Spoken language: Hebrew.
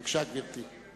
בבקשה, גברתי.